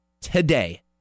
today